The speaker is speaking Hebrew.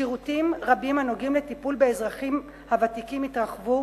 שירותים רבים הנוגעים לטיפול באזרחים הוותיקים יתרחבו,